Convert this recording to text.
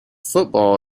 football